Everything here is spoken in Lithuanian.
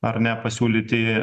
ar ne pasiūlyti